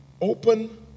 open